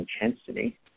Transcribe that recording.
intensity